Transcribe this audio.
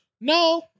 No